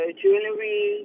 jewelry